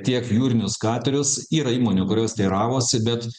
tiek jūrinius katerius yra įmonių kurios teiravosi bet